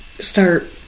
start